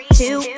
two